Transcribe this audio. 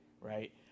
right